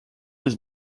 his